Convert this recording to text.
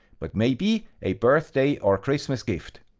but maybe a birthday or christmas gift.